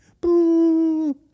boo